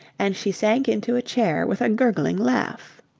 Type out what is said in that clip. and she sank into a chair with a gurgling laugh.